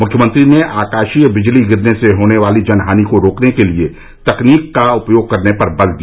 मुख्यमंत्री ने आकाशीय बिजली गिरने से होने वाली जनहानि को रोकने के लिए तकनीक का उपयोग करने पर बल दिया